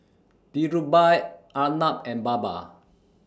Dhirubhai Arnab and Baba